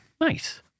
Nice